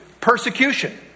persecution